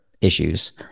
issues